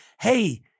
hey